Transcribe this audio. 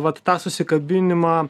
vat tą susikabinimą